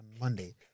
Monday